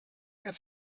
per